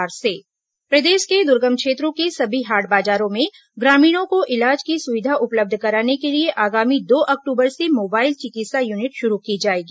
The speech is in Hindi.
मोबाइल चिकित्सा यूनिट प्रदेश के दुर्गम क्षेत्रों के सभी हाट बाजारों में ग्रामीणों को इलाज की सुविधा उपलब्ध कराने के लिए आगामी दो अक्टूबर से मोबाइल चिकित्सा यूनिट शुरू की जाएगी